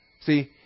See